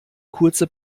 kurze